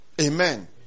amen